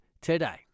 today